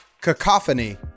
Cacophony